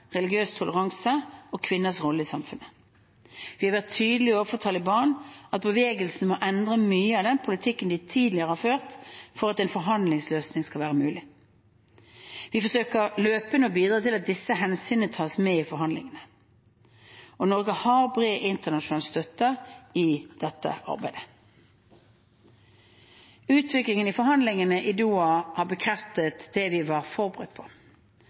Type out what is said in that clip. religiøs toleranse og kvinners rolle i samfunnet. Vi har vært tydelige overfor Taliban på at bevegelsen må endre mye av den politikken de tidligere har ført, for at en forhandlingsløsning skal være mulig. Vi forsøker løpende å bidra til at disse hensynene tas med i forhandlingene. Norge har bred internasjonal støtte i dette arbeidet. Utviklingen i forhandlingene i Doha har bekreftet det vi var forberedt på: